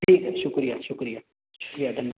ٹھیک ہے شکریہ شکریہ شکریہ دھنیہ